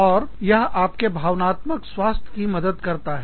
और यह आपके भावनात्मक स्वास्थ्य की मदद करता है